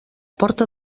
porta